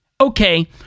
okay